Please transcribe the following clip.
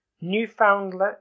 Newfoundland